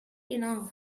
enough